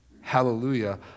hallelujah